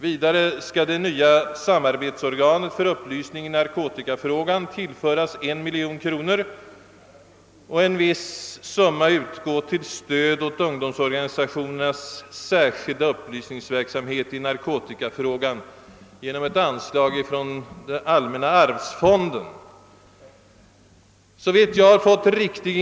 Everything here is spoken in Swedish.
Vidare skall det nya samarbetsorganet för upplysning i narkotikafrågan tillföras 1 miljon kronor. Därtill skall en viss summa utgå till stöd åt ungdomsorganisationernas särskilda upplysningsverksamhet i narkotikafrågan genom ett anslag från allmänna arvsfonden. Det verkar ju vara stora påslag.